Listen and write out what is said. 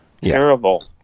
Terrible